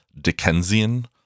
Dickensian